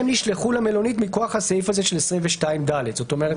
הם נשלחו למלונית מכוח הסעיף הזה של 22ד. זאת אומרת,